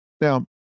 Now